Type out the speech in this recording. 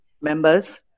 members